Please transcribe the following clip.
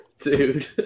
dude